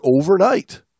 overnight